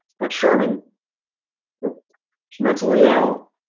but sherman who mentally ill?